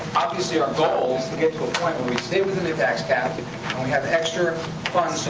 goal is to get to a point where we stay within the tax cap and we have extra funds, so